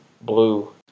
blue